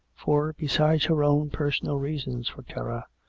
for, besides her own personal reasons for terror,